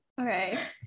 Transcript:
okay